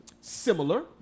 similar